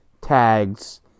tags